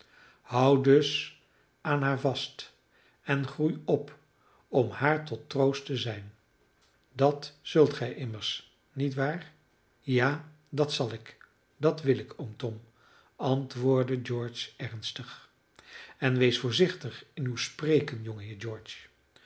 dus aan haar vast en groei op om haar tot troost te zijn dat zult gij immers niet waar ja dat zal ik dat wil ik oom tom antwoordde george ernstig en wees voorzichtig in uw spreken jongeheer george